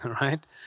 right